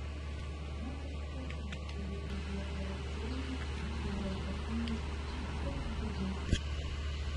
net ir skausmas kuris nudiegdavo šlaunį buvo ypatingas kažkoks džiugus